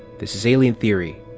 this is alien theory,